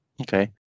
Okay